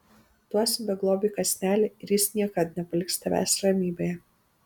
duosi beglobiui kąsnelį ir jis niekad nepaliks tavęs ramybėje